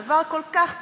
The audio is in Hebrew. דבר כל כך טבעי,